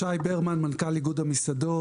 שי ברמן, מנכ"ל איגוד המסעדות.